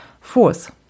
Fourth